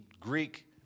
Greek